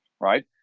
right